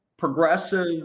Progressive